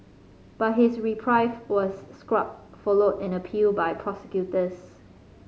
but his reprieve was scrubbed follow an appeal by prosecutors